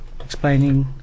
explaining